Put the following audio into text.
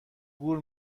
گور